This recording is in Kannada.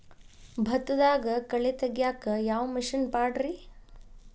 ಭತ್ತದಾಗ ಕಳೆ ತೆಗಿಯಾಕ ಯಾವ ಮಿಷನ್ ಪಾಡ್ರೇ?